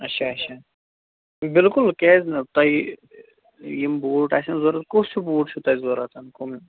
اَچھا اَچھا بِلکُل کیٛازِ نہٕ تۄہہِ یِم بوٗٹ آسن ضروٗرت کُس چھُ بوٗٹ چھُو تۄہہِ ضروٗرت کٕم